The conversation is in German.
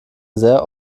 sehr